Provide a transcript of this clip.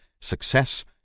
success